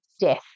death